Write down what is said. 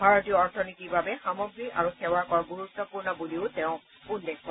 ভাৰতীয় অৰ্থনীতিৰ বাবে সামগ্ৰী আৰু সেৱা কৰ গুৰুত্বপূৰ্ণ বুলিও তেওঁ উল্লেখ কৰে